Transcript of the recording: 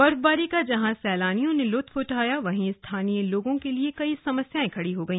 बर्फबारी का जहां सैलानियों ने लुत्फ उठाया वहीं स्थानीय लोगों के लिए कई समस्याएं खड़ी हो गई